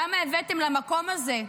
למה הבאתם למקום הזה?